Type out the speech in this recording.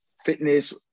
fitness